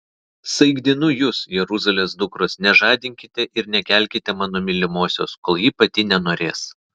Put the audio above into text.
saikdinu jus jeruzalės dukros nežadinkite ir nekelkite mano mylimosios kol ji pati nenorės